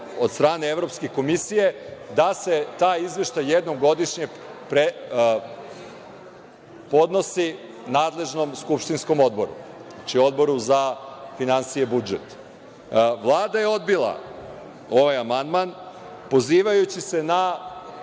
od strane Evropske komisije, da se taj izveštaj jednom godišnje podnosi nadležnom skupštinskom odboru, znači Odboru za finansije i budžet. Vlada je odbila ovaj amandman pozivajući se na